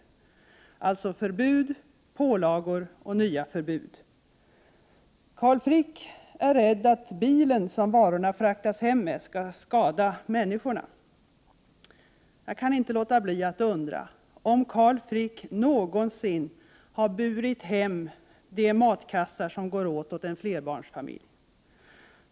Det handlar alltså om förbud, pålagor och nya förbud. Carl Frick är rädd att bilen som varorna fraktas hem med skall förorsaka skada för människorna. Jag kan inte låta bli att undra om Carl Frick någonsin har burit hem de matkassar som går åt i en flerbarnsfamilj.